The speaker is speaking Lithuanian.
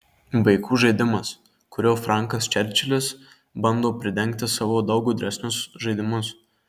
vaikų žaidimas kuriuo frankas čerčilis bando pridengti savo daug gudresnius žaidimus